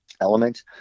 element